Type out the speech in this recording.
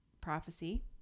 prophecy